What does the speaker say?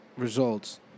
Results